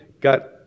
got